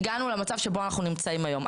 הגענו למצב שבו אנחנו נמצאים היום.